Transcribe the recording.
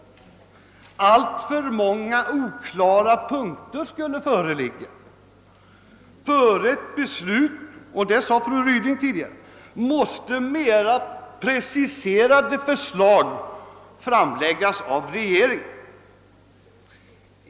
Alltför många oklara punkter skulle föreligga. Före ett beslut — det sade fru Ryding tidigare — måste mera preciserade förslag framläggas av regeringen.